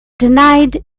denied